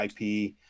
IP